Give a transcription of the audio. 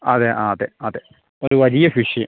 അതെ ആ അതെ അതെ ഒരു വലിയ ഫിഷ്